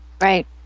right